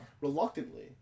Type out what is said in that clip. reluctantly